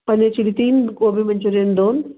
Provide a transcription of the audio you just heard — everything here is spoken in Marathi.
पनीर चिली तीन गोबी मंचुरियन दोन